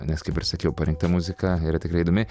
nes kaip ir sakiau parinkta muzika yra tikrai įdomi